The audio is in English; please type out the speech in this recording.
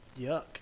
Yuck